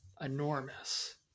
enormous